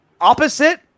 opposite